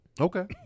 okay